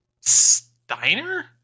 Steiner